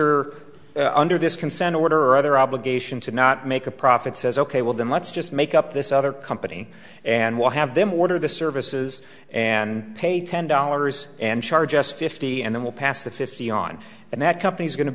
or under this consent order or other obligation to not make a profit says ok well then let's just make up this other company and we'll have them order the services and pay ten dollars and charge us fifty and then we'll pass the fifty on and that company is going to